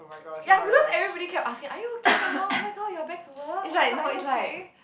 ya because everybody kept asking are you okay now oh-my-god you're back to work oh-my-god are you okay